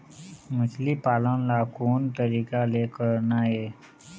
मछली पालन ला कोन तरीका ले करना ये?